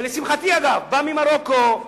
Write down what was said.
שלשמחתי בא ממרוקו,